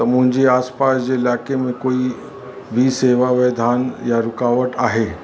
त मुंहिंजी आसपास जे इलाइक़े में कोई बि सेवा विधान या रुकावट आहे